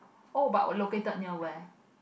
oh but located near where